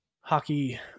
hockey